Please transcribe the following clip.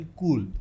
cool